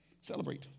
Celebrate